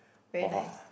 very nice